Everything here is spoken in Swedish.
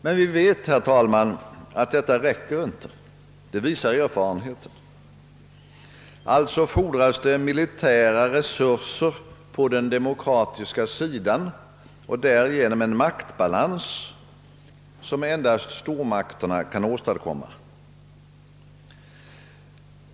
Men vi vet, herr talman, att detta inte räcker — det visar erfarenheten. Det fordras militära resurser på den demokratiska sidan och därigenom en maktbalans som endast stormakterna kan åstadkomma.